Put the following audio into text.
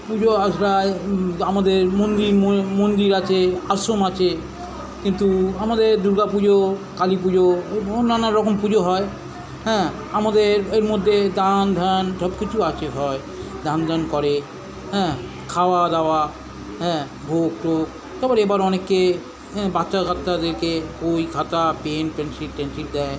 পুজো আর্চায় আমাদের মন্দি মন মন্দির আছে আশ্রম আছে কিন্তু আমাদের দুর্গা পুজো কালী পুজো এই ধরন নানারকম পুজো হয় হ্যাঁ আমাদের এর মধ্যে দান ধ্যান সবকিছু আছে হয় দান ধ্যান করে হ্যাঁ খাওয়াদাওয়া হ্যাঁ ভোগ টোগ তারপর এবার অনেকে হ্যাঁ বাচ্চা কাচ্চাদেরকে বই খাতা পেন পেনসিল টেন্সিল দেয়